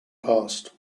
passed